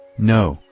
no,